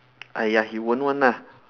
!aiya! he won't one ah